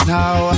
Now